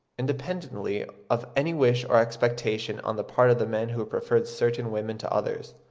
independently of any wish or expectation on the part of the men who preferred certain women to others.